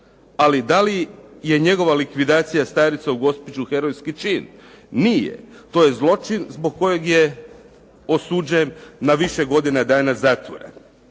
Ali da li je njegova likvidacija starica u Gospiću herojski čin? Nije. To je zločin zbog kojeg je osuđen na više godina dana zatvora.